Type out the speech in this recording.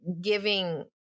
giving